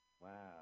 Wow